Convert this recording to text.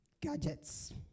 gadgets